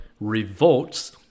Revolts